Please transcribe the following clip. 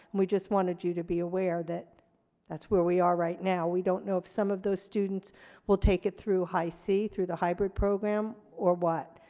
we just wanted you to be aware that that's where we are right now. we don't know if some of those students will take it through high c, through the hybrid program or what,